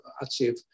achieve